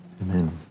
Amen